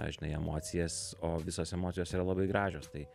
žinai emocijas o visos emocijos yra labai gražios tai